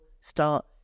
start